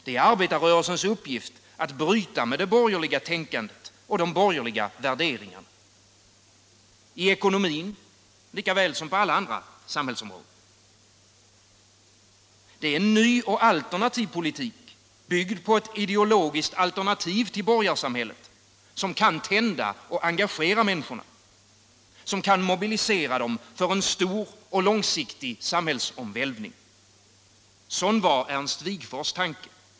Det är arbetarrörelsens uppgift att bryta mot det borgerliga tänkandet och de borgerliga värderingarna — i ekonomin likaväl som på alla andra samhällsområden. Det är en ny och alternativ politik, byggd på ett ideologiskt alternativ till borgarsamhället, som kan tända och engagera människorna, som kan mobilisera dem för en stor och långsiktig samhällsomvälvning. Sådan var Ernst Wigforss tanke.